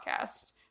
podcast